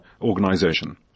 organization